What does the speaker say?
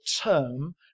term